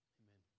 amen